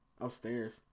upstairs